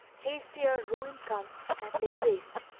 haste ere ruin come and lay waste!